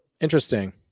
interesting